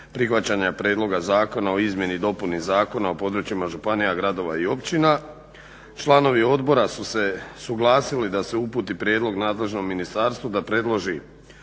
prihvaćanja prijedloga zakona o izmjeni i dopuni Zakona o područjima županija, gradova i općina. Članovi odbora su se suglasili da se uputi prijedlog nadležnom ministarstvu da predloži